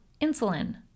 insulin